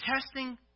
testing